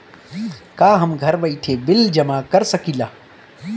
का हम घर बइठे बिल जमा कर शकिला?